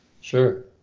Sure